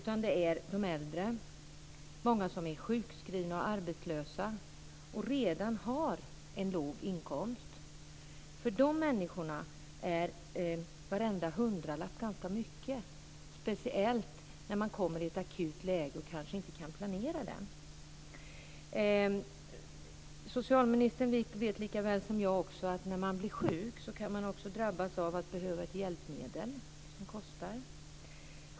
Den är i stället de äldre. Många är sjukskrivna och arbetslösa och har redan en låg inkomst. För de människorna är varenda hundralapp ganska mycket, speciellt när man kommer i ett akut läge och kanske inte kan planera. Socialministern vet lika väl som jag att när man blir sjuk kan man också drabbas av att behöva ett hjälpmedel som kostar.